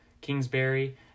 Kingsbury